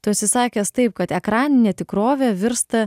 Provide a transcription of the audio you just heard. tu esi sakęs taip kad ekraninė tikrovė virsta